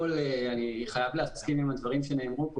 אני חייב להסכים עם הדברים שנאמרו פה.